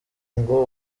ngo